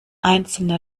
einzelne